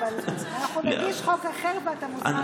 אבל אנחנו נגיש חוק אחר, ואתה מוזמן להצטרף.